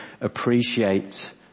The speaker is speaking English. appreciate